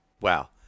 Wow